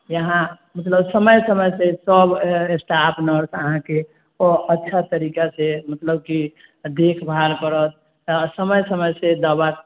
यहाँ मतलब समय समय सँ सब स्टाफ नर्स अहाँकेॅं अच्छा तरीका से मतलब की देखभाल करत समय समय से दवा